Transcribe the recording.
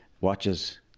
watches